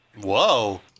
Whoa